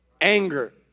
anger